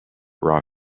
raw